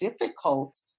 difficult